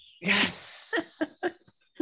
Yes